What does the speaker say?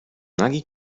nagi